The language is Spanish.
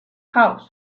house